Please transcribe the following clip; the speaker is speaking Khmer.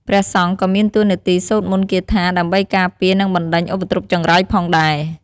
ព្រះសង្ឃក៏មានតួនាទីសូត្រមន្តគាថាដើម្បីការពារ និងបណ្តេញឧបទ្រពចង្រៃផងដែរ។